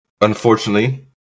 Unfortunately